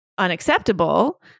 unacceptable